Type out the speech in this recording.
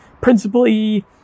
principally